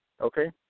Okay